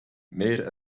meer